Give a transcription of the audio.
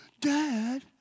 Dad